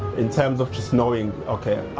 in terms of just knowing, okay,